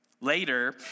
Later